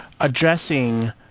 addressing